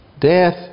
death